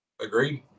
Agreed